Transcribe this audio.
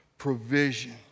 provision